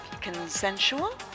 consensual